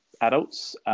adults